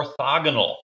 orthogonal